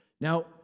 Now